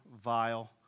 vile